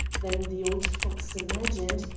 than the old fox imagined,